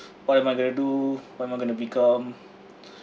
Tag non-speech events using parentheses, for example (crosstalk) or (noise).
what am I going to do what am I going to become (breath)